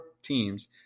teams